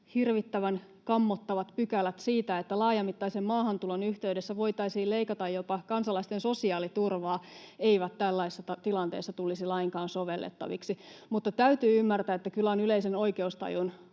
hirvittävän kammottavat pykälät siitä, että laajamittaisen maahantulon yhteydessä voitaisiin leikata jopa kansalaisten sosiaaliturvaa, eivät tällaisessa tilanteessa tulisi lainkaan sovellettaviksi, mutta täytyy ymmärtää, että kyllä on yleisen oikeustajun